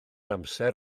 amser